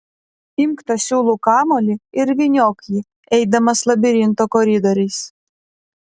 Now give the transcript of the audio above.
imk tą siūlų kamuolį ir vyniok jį eidamas labirinto koridoriais